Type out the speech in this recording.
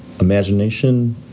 imagination